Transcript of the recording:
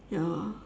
ya